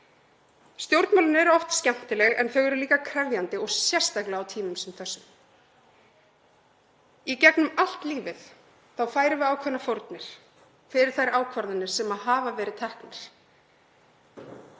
Stjórnmálin eru oft skemmtileg en þau eru líka krefjandi og sérstaklega á tímum sem þessum. Í gegnum allt lífið færum við ákveðnar fórnir fyrir þær ákvarðanir sem hafa verið teknar.